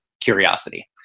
curiosity